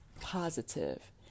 positive